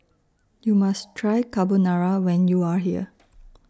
YOU must Try Carbonara when YOU Are here